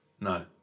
No